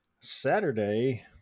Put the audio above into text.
Saturday